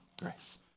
grace